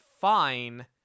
Fine